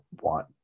want